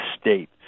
state